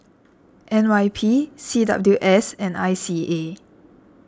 N Y P C W S and I C A